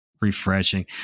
refreshing